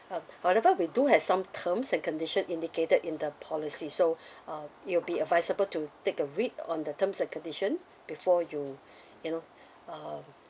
um however we do have some terms and conditions indicated in the policy so uh it will be advisable to take a read on the terms and condition before you you know um